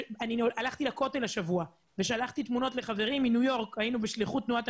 קודם כל אני גם ילידת מרוקו ואני עזבתי את מרוקו בשנת 1985,